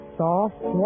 soft